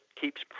keeps